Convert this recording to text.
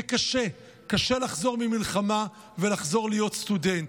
זה קשה, קשה לחזור ממלחמה ולחזור להיות סטודנט,